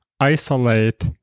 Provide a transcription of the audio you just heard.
isolate